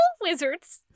wizards